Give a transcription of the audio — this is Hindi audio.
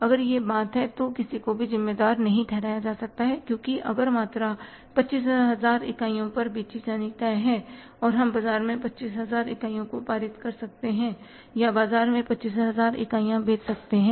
अगर वह बात है तो किसी को भी जिम्मेदार नहीं ठहराया जाएगा क्योंकि अगर मात्रा 25000 इकाइयों पर बेची जानी तय है और हम बाजार में 25000 इकाइयों को पारित कर सकते हैं या बाजार में 25000 इकाइयां बेच सकते हैं